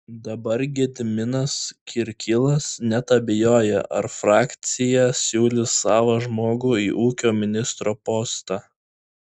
dabar gediminas kirkilas net abejoja ar frakcija siūlys savą žmogų į ūkio ministro postą